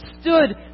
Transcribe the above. stood